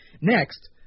Next